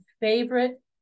favorite